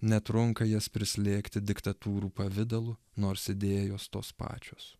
netrunka jas prislėgti diktatūrų pavidalu nors idėjos tos pačios